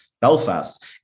Belfast